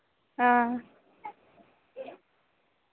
हां